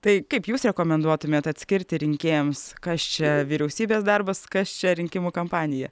tai kaip jūs rekomenduotumėt atskirti rinkėjams kas čia vyriausybės darbas kas čia rinkimų kampanija